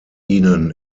ihnen